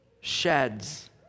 sheds